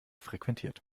frequentiert